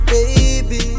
Baby